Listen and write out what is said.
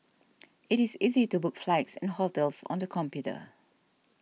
it is easy to book flights and hotels on the computer